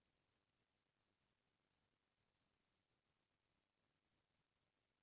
त अपन खेत म का का धान बोंए हस कका?